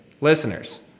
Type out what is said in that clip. listeners